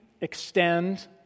extend